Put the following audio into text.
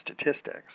statistics